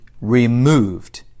removed